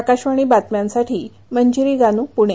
आकाशवाणी बातम्यांसाठीमंजिरी गानू पुणे